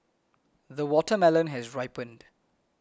the watermelon has ripened